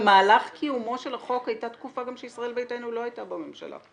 במהלך קיומו של החוק הייתה תקופה גם שישראל ביתנו לא הייתה בממשלה.